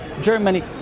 Germany